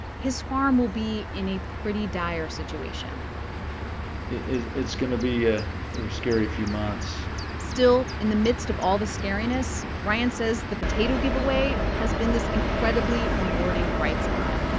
his farm will be in a pretty dire situation it's going to be a scary few months still, in the midst of all the scariness, ryan says the potato giveaway has been this incredibly rewarding bright spot.